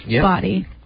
body